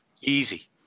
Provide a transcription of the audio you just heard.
Easy